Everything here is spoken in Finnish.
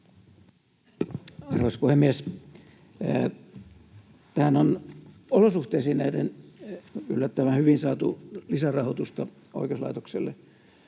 Arvoisa puhemies! Tässä on olosuhteisiin nähden yllättävän hyvin saatu lisärahoitusta oikeuslaitokselle.